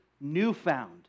newfound